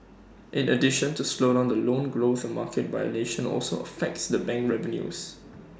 in addition the slowdown in loan growth and market volation also affect the bank revenues